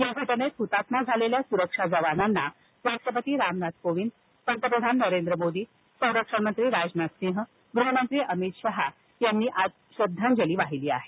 या घटनेत हुतात्मा झालेल्या सुरक्षा जवानांना राष्ट्रपती रामनाथ कोविंद पंतप्रधान नरेंद्र मोदी संरक्षण मंत्री राजनाथ गृहमंत्री अमित शहा यांनी श्रद्धांजली वाहिली आहे